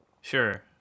Sure